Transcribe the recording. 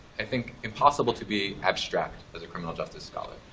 i think, impossible to be abstract as a criminal justice scholar,